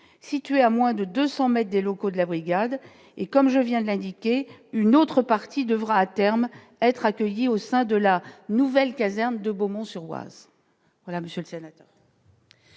situés à moins de 200 mètres des locaux de la brigade et comme je viens de l'indiquer une autre partie devra à terme être accueilli au sein de la nouvelle caserne de Beaumont-sur-Oise.